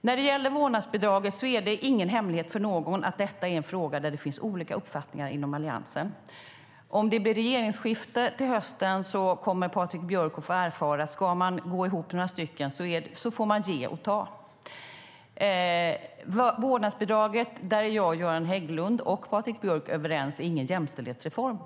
När det gäller vårdnadsbidraget är det ingen hemlighet att detta är en fråga där det finns olika uppfattningar inom Alliansen. Om det blir regeringsskifte till hösten kommer Patrik Björck att få erfara att ska man gå ihop några stycken får man ge och ta. När det gäller vårdnadsbidraget är jag, Göran Hägglund och Patrik Björck överens om att det inte är någon jämställdhetsreform.